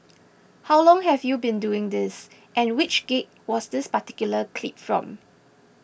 how long have you been doing this and which gig was this particular clip from